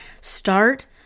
Start